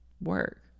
Work